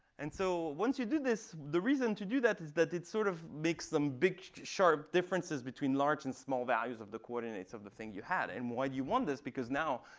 and so once you do this, the reason to do that is that it sort of makes them big, sharp differences between large and small values of the coordinates of the thing you had. and why do you want this? because now,